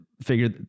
figure